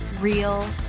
real